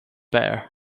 bear